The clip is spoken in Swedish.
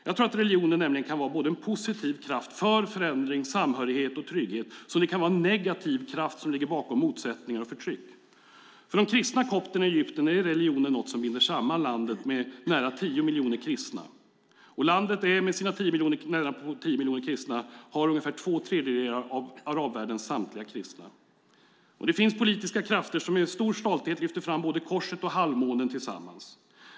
Jag tror nämligen att religionen kan vara såväl en positiv kraft för förändring, samhörighet och trygghet som en negativ kraft som ligger bakom motsättningar och förtryck. För de kristna kopterna i Egypten är religionen något som binder samman landet. Landet har med sina nästan 10 miljoner kristna ungefär två tredjedelar av arabvärldens samtliga kristna. Det finns politiska krafter som med stor stolthet lyfter fram både korset och halvmånen tillsammans.